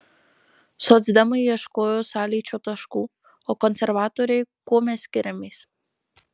socdemai ieškojo sąlyčio taškų o konservatoriai kuo mes skiriamės